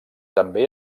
també